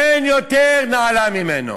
אין יותר נעלה ממנו.